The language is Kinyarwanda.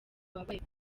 wabaye